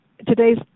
Today's